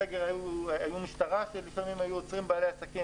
בסגר היו לפעמים עוצרים בעלי עסקים,